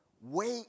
wait